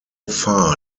far